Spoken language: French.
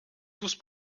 tous